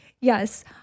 yes